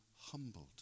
humbled